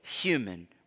human